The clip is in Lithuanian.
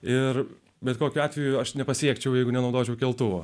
ir bet kokiu atveju aš nepasiekčiau jeigu nenaudočiau keltuvo